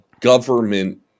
government